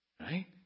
Right